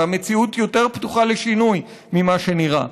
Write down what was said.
והמציאות יותר פתוחה לשינוי ממה שנראה.